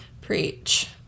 Preach